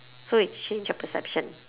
so it changed your perception